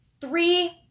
three